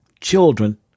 children